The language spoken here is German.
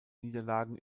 niederlagen